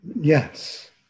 Yes